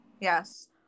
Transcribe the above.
Yes